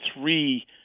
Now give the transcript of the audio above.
three